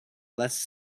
less